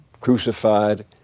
crucified